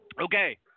Okay